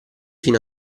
fino